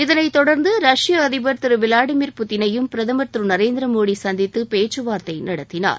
இதனை தொடர்ந்து ரஷ்ய அதிடர் திரு விளாடிமிர் புட்டினையும் பிரதமர் திரு நரேந்திர மோடி சந்தித்து பேச்சுவார்த்தை நடத்தினார்